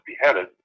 beheaded